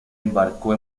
embarcó